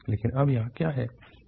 लेकिन अब यहाँ क्या है